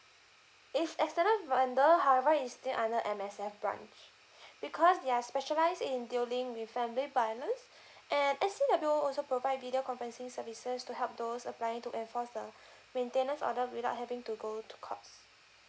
it's external vendor however it's still under M_S_F branch because they are specialized in dealing with family violence and actually they'll be also provide video conferencing services to help those applying to enforce the maintenance order without having to go to court